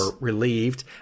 relieved